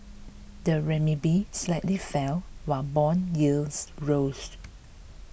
the renminbi slightly fell while bond yields rose